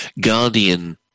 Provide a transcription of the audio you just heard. Guardian